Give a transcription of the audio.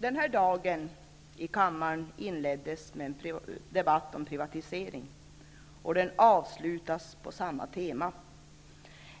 Denna dag i kammaren inleddes med en debatt om privatisering och den avslutas med samma tema.